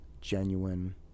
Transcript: genuine